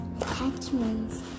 attachments